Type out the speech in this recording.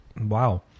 Wow